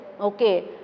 okay